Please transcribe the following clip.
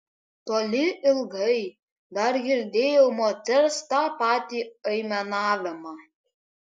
toli ilgai dar girdėjau moters tą patį aimanavimą